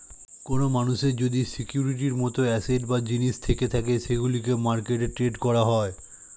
কোন মানুষের যদি সিকিউরিটির মত অ্যাসেট বা জিনিস থেকে থাকে সেগুলোকে মার্কেটে ট্রেড করা হয়